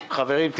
חברים,